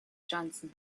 johnson